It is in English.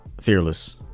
Fearless